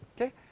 okay